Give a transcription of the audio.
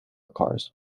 cars